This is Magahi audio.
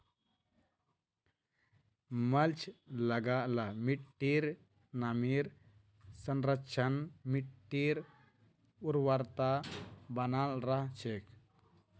मल्च लगा ल मिट्टीर नमीर संरक्षण, मिट्टीर उर्वरता बनाल रह छेक